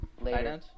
later